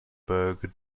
berg